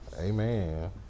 amen